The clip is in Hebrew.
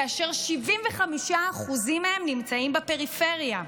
כאשר 75% מהם נמצאים בפריפריה.